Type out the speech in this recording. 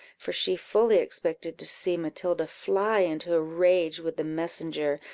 for she fully expected to see matilda fly into a rage with the messenger,